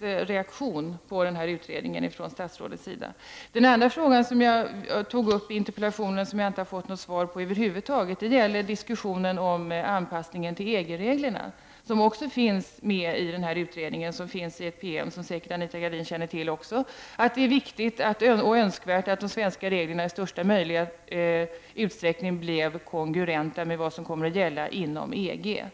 reaktion från statsrådets sida på denna utredning. Den andra frågan som jag tog upp i interpellationen och som jag inte har fått något svar över huvud taget på, gäller diskussionen om anpassningen till EG-reglerna. Det står i ett PM från denna utredning som säkert också Anita Gradin känner till, att det är viktigt och önskvärt att de svenska reglerna i största möjliga utsträckning blir kongruenta med vad som kommer att gälla inom EG.